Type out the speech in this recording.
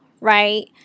right